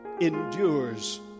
endures